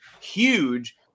Huge